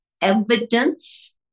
evidence